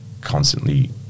constantly